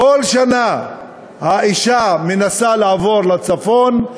כל שנה האישה מנסה לעבור לצפון,